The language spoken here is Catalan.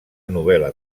novel·la